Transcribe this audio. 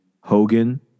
Hogan